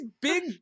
big